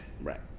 right